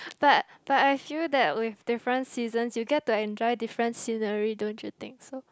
but but I feel that with different seasons you get to enjoy different scenery don't you think so